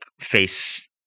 face